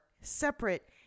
separate